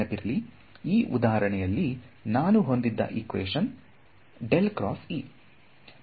ನೆನಪಿರಲಿ ಈ ಉದಾಹರಣೆಯಲ್ಲಿ ನಾನು ಹೊಂದಿದ್ದ ಈಕ್ವೇಶನ್ ಗೆ ಸಮವಾಗಿದೆ